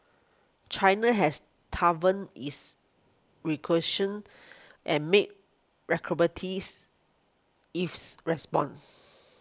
China has toughened its and made eaves response